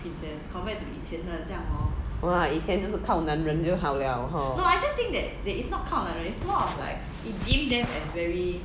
!wah! 以前就是靠男人就好 liao